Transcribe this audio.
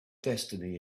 destiny